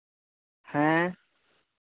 ᱦᱮᱸ